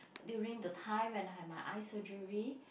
during the time when I have my eye surgery